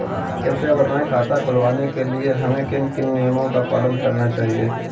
कृपया बताएँ खाता खुलवाने के लिए हमें किन किन नियमों का पालन करना चाहिए?